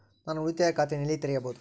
ನಾನು ಉಳಿತಾಯ ಖಾತೆಯನ್ನು ಎಲ್ಲಿ ತೆರೆಯಬಹುದು?